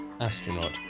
Astronaut